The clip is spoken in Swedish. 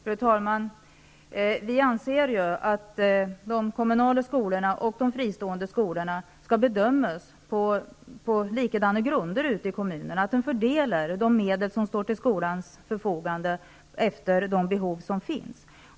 Fru talman! Vi anser att de kommunala och de fristående skolorna bör bedömas på lika grunder ute i kommunerna, att de medel som står till skolornas förfogande bör fördelas efter de behov som finns.